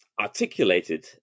articulated